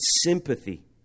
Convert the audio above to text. sympathy